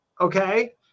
Okay